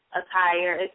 attire